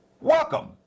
Welcome